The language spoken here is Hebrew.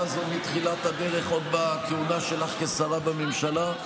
הזאת מתחילת הדרך עוד בכהונה שלך כשרה בממשלה.